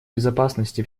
безопасности